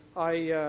i